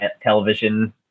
television